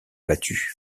battu